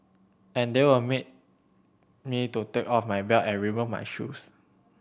and they were made me to take off my belt and remove my shoes